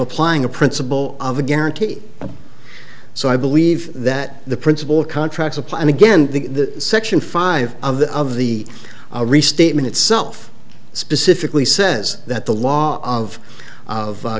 applying the principle of a guarantee so i believe that the principle contracts apply and again the section five of the of the a restatement itself specifically says that the law of